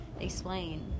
explain